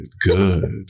good